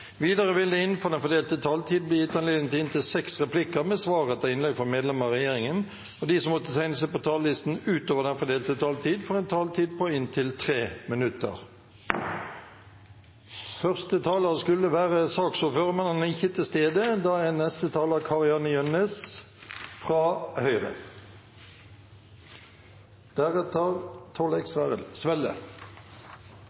Videre vil det – innenfor den fordelte taletid – bli gitt anledning til inntil tre replikker med svar etter innlegg fra partienes hovedtalspersoner. Så vil det bli gitt anledning til replikker med svar etter innlegg fra medlemmer av regjeringen. Videre vil de som måtte tegne seg på talerlisten utover den fordelte taletid, også få en taletid på inntil 3 minutter. Først vil jeg takke komiteen for samarbeidet. Som presidenten refererte, er